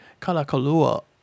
Kalakalua